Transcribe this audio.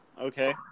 okay